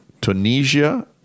Tunisia